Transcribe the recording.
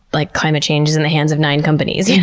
like climate change is in the hands of nine companies, you